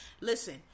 listen